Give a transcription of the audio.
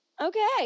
Okay